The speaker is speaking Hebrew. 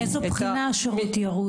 מאיזו בחינה השירות ירוד?